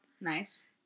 Nice